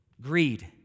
greed